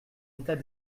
état